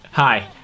Hi